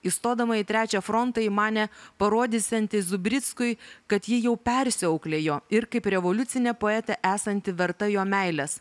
įstodama į trečią frontą ji manė parodysianti zubrickui kad ji jau persiauklėjo ir kaip revoliucinė poetė esanti verta jo meilės